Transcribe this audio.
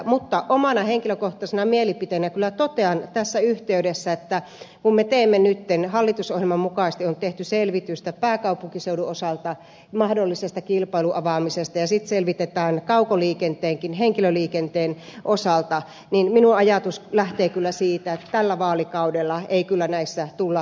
mutta omana henkilökohtaisena mielipiteenäni kyllä totean tässä yhteydessä että kun nyt hallitusohjelman mukaisesti on tehty selvitystä pääkaupunkiseudun osalta mahdollisesta kilpailun avaamisesta ja sitten selvitetään tätä kaukoliikenteessäkin henkilöliikenteen osalta niin minun ajatukseni lähtee kyllä siitä että tällä vaalikaudella ei kyllä näissä tulla etenemään